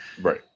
Right